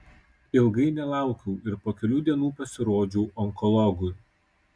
ilgai nelaukiau ir po kelių dienų pasirodžiau onkologui